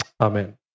Amen